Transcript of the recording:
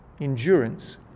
endurance